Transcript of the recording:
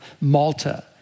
Malta